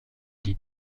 dit